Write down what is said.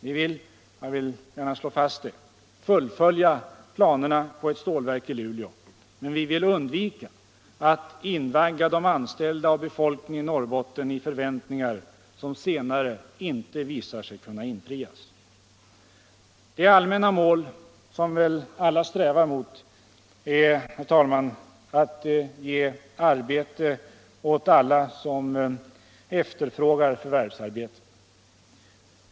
Vi vill — jag vill gärna slå fast det — fullfölja planerna på ett stålverk i Luleå. Men vi vill undvika att invagga de anställda och befolkningen i Norrbotten i förväntningar, som senare inte visar sig kunna infrias. Det allmänna mål som väl alla strävar mot är, herr talman, att ge arbete åt var och en som efterfrågar förvärvsarbete.